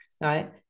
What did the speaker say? right